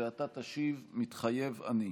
ואתה תשיב: "מתחייב אני".